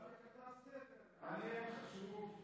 דווקא כתב ספר, מעניין, חשוב.